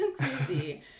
crazy